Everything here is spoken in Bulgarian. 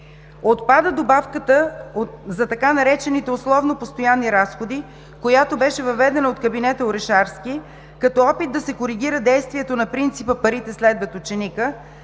Отпада добавка за така наречените условно „постоянни разходи“, която беше въведена от кабинета Орешарски, като опит да се коригира действието на принципа – парите следват ученика,